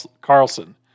Carlson